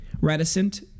reticent